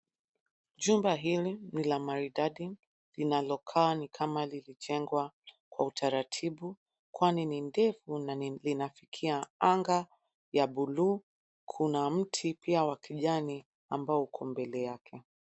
Jumba hili ni la maridadi linalokaa ni kama lilijengwa kwa utaratibu kwani ni ndefu na linafikia anga ya bluu. Kuna mti pia wa kijani ambao uko mbele yake.